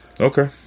Okay